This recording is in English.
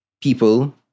People